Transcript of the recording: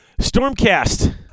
stormcast